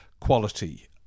quality